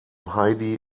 heidi